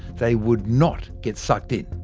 they would not get sucked in.